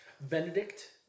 Benedict